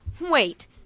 Wait